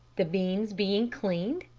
the beans being cleaned,